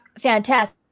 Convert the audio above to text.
fantastic